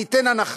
ניתן הנחה,